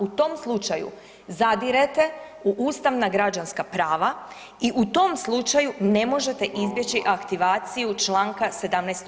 U tom slučaju zadirete u ustavna građanska prava i u tom slučaju ne možete izbjeći aktivaciju članka 17.